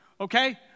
okay